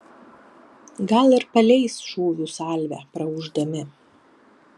gal ir paleis šūvių salvę praūždami